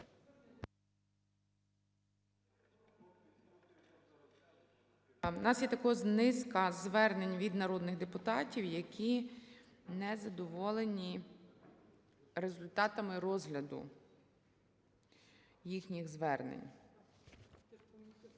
у нас є також низка звернень від народних депутатів, які незадоволені результатами розгляду їхніх звернень.